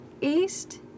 east